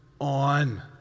on